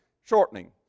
shortening